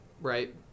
right